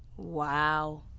wow.